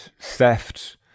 theft